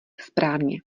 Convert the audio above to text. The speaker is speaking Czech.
správně